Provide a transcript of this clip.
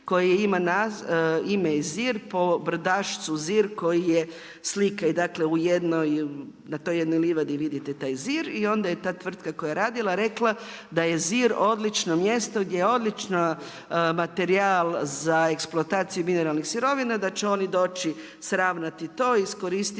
koje ima ime Zir po brdašcu Zir koji je slika, dakle na toj jednoj livadi vidite taj Zir i onda je ta tvrtka koja je radila rekla da je Zir odlično mjesto, gdje je odličan materijal za eksploataciju mineralnih sirovina, da će oni doći sravnati to, iskoristiti